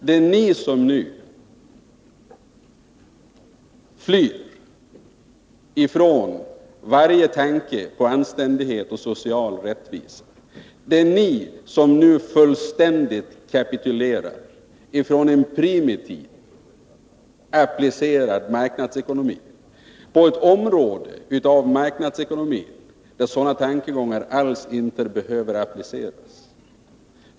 Det är ni som nu flyr ifrån varje tanke på anständighet och social rättvisa. Det är ni som nu fullständigt kapitulerar från en primitiv applicerad marknadsekonomi på ett område av marknadsekonomin där sådana tankegångar alls inte behöver appliceras.